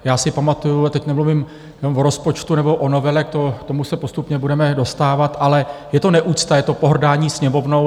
Já si pamatuji a teď nemluvím jenom o rozpočtu nebo o novele, k tomu se postupně budeme dostávat ale je to neúcta, je to pohrdání Sněmovnou.